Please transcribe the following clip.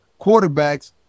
quarterbacks